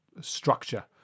structure